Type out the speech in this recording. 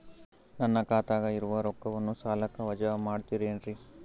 ನನ್ನ ಖಾತಗ ಇರುವ ರೊಕ್ಕವನ್ನು ಸಾಲಕ್ಕ ವಜಾ ಮಾಡ್ತಿರೆನ್ರಿ?